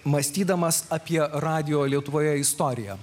mąstydamas apie radijo lietuvoje istoriją